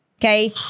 okay